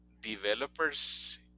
developers